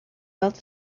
built